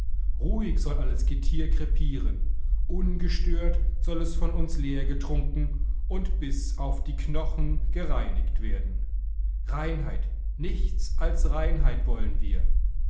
ruhig soll alles getier krepieren ungestört soll es von uns leergetrunken und bis auf die knochen gereinigt werden reinheit nichts als reinheit wollen wir